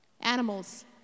animals